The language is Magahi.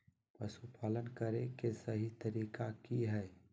पशुपालन करें के सही तरीका की हय?